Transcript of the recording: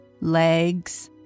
legs